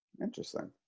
Interesting